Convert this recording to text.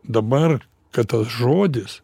dabar kad tas žodis